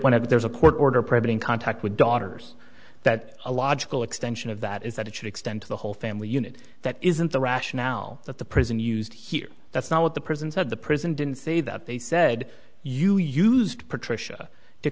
whenever there's a court order preventing contact with daughters that a logical extension of that is that it should extend to the whole family unit that isn't the rationale that the prison used here that's not what the prison said the prison didn't say that they said you used patricia to